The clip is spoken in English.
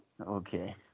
Okay